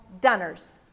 dunners